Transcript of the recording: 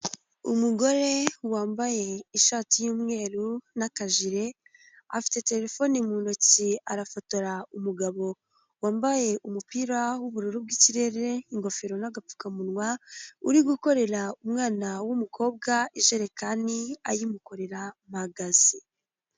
Umugore wambaye ishati y'umweru n'akajire, afite telefone mu ntoki arafotora umugabo wambaye umupira w'ubururu bw'ikirere, ingofero n'agapfukamunwa, uri gukorera umwana w'umukobwa ijerekani ayimukorera mpagaze.